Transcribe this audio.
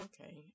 okay